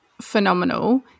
phenomenal